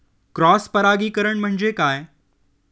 Cross परागीकरण म्हणजे काय?